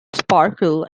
sparkle